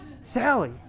Sally